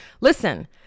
Listen